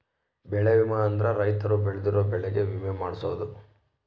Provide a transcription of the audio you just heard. ಬೆಳೆ ವಿಮೆ ಅಂದ್ರ ರೈತರು ಬೆಳ್ದಿರೋ ಬೆಳೆ ಗೆ ವಿಮೆ ಮಾಡ್ಸೊದು